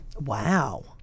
Wow